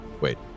Wait